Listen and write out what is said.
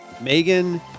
Megan